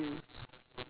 mm